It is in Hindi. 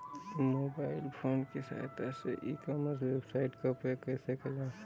मोबाइल फोन की सहायता से ई कॉमर्स वेबसाइट का उपयोग कैसे करें?